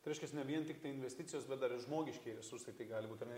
tai reiškias ne vien tiktai investicijos bet dar žmogiškieji resursai tai gali būt ar ne